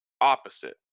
opposite